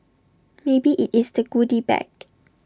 maybe IT is the goody bag